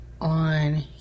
on